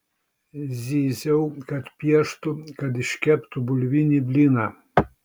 zyziau kad pieštų kad iškeptų bulvinį blyną